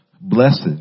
blessed